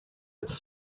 its